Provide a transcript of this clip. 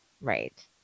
Right